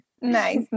Nice